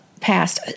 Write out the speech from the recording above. passed